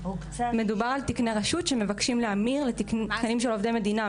מדובר על תקני רשות שמבקשים להמיר לתקנים של עובדי מדינה,